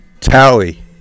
tally